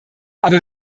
aber